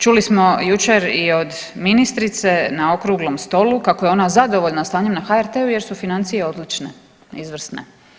Čuli smo jučer i od ministrice na okruglom stolu kako je ona zadovoljna stanjem na HRT-u jer su financije odlične, izvrsne.